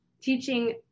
Teaching